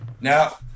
now